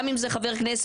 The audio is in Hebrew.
גם אם זה חבר כנסת,